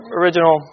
original